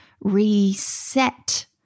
reset